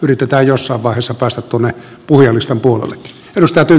yritetään jossain vaiheessa päästä tuonne puhujalistankin puolelle